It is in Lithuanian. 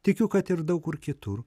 tikiu kad ir daug kur kitur